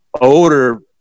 older